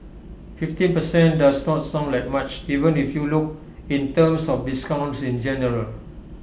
fifteen percent does not sound like much even if you look in terms of discounts in general